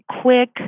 quick